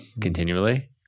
continually